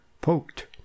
poked